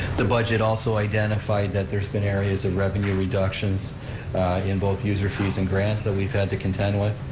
the budget also identified that there's been areas of revenue reductions in both user fees and grants that we've had to contend with.